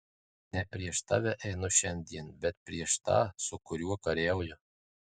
ne prieš tave einu šiandien bet prieš tą su kuriuo kariauju